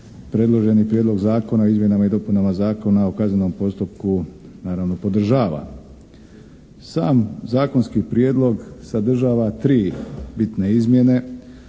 predloženi Prijedlog zakona o izmjenama i dopunama Zakona o kaznenom postupku naravno podržava. Sam zakonski prijedlog sadržava tri bitne izmjene,